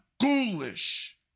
ghoulish